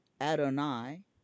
Adonai